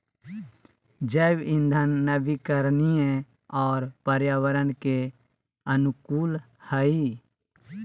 जैव इंधन नवीकरणीय और पर्यावरण के अनुकूल हइ